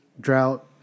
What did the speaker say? Drought